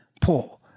Paul